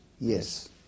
Yes